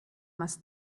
más